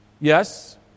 Yes